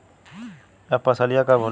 यह फसलिया कब होले?